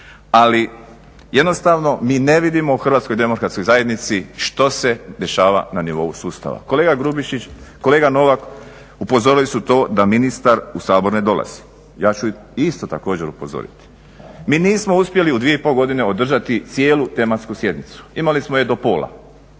ali jednostavno mi ne vidimo u HDZ-u što se dešava na nivou sustav. Kolega Grubišić, kolega Novak upozorili su to da ministar u Sabor ne dolazi, ja ću isto tako upozoriti. Mi nismo uspjeli u 2,5 godine održati cijelu tematsku sjednicu, imali smo je do pola